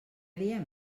diem